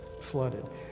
flooded